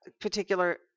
particular